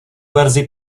verzi